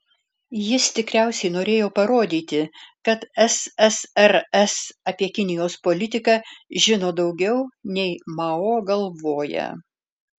jis tikriausiai norėjo parodyti kad ssrs apie kinijos politiką žino daugiau nei mao galvoja